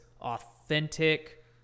authentic